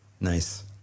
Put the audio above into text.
Nice